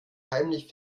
heimlich